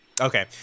Okay